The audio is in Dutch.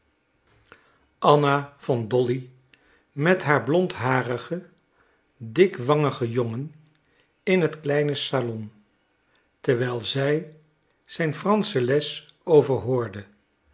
anna vond dolly met haar blondharigen dikwangigen jongen in het kleine salon terwijl zij zijn fransche les